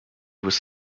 was